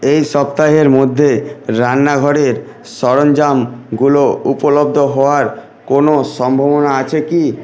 এই সপ্তাহের মধ্যে রান্নাঘরের সরঞ্জামগুলো উপলব্ধ হওয়ার কোনো সম্ভাবনা আছে কি